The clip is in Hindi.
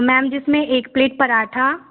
मैम जिसमें एक प्लेट पराँठा